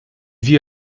vit